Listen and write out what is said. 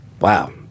Wow